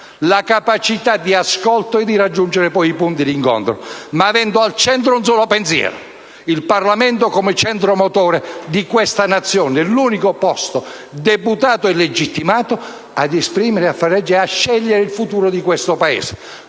capacità di ascolto e raggiungere poi i punti di incontro, avendo però al centro un solo pensiero: il Parlamento come centro motore di questa Nazione, l'unico posto deputato e legittimato ad esprimere, a fare leggi, a scegliere il futuro del Paese.